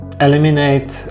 eliminate